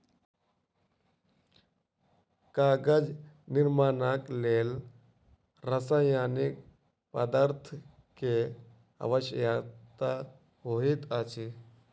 कागज निर्माणक लेल रासायनिक पदार्थ के आवश्यकता होइत अछि